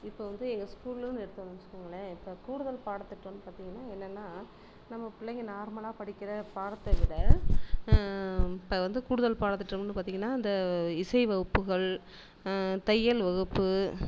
இப்போ வந்து எங்கள் ஸ்கூலுன்னு எடுத்தோன்னு வச்சுக்கோங்களேன் இப்போ கூடுதல் பாடத்திட்டம்னு பார்த்தீங்கன்னா என்னென்னா நம்ப பிள்ளைங்க நார்மலாக படிக்கிற பாடத்தை விட இப்போ வந்து கூடுதல் பாடத்திட்டம்னு பார்த்தீங்கன்னா இந்த இசை வகுப்புகள் தையல் வகுப்பு